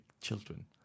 children